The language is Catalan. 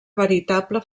veritable